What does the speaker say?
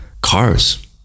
cars